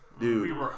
Dude